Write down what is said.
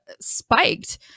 spiked